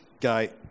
guy